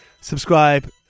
Subscribe